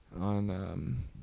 on